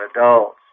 adults